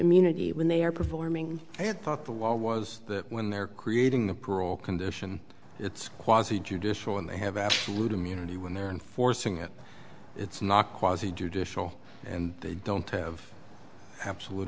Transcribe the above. immunity when they are performing i thought the law was that when they're creating the parole condition it's quasi judicial and they have absolute immunity when they're enforcing it it's not quasi judicial and they don't have absolute